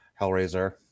hellraiser